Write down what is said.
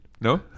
No